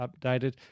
updated